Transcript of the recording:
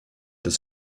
des